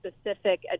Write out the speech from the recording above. specific